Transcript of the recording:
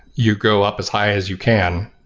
you grow up as high as you can.